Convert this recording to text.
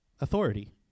authority